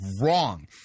wrong